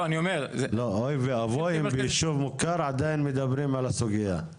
אוי וואוי אם ביישוב מוכר עדיין מדברים על הסוגייה,